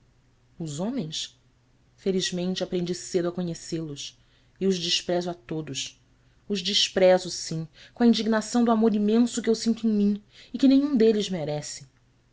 os homens felizmente aprendi cedo a conhecê los e os desprezo a todos os desprezo sim com a indignação do amor imenso que eu sinto em mim e que nem um deles merece